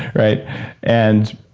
right and